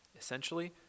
Essentially